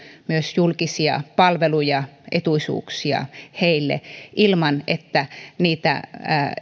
myös julkisia palveluja etuisuuksia heille ilman että niitä